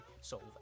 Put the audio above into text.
solve